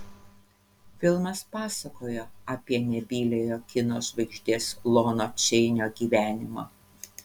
filmas pasakojo apie nebyliojo kino žvaigždės lono čeinio gyvenimą